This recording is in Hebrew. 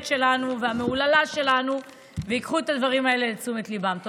שלנו והמהוללה שלנו וייקחו את הדברים האלה לתשומת ליבם.